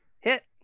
hit